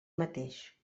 mateix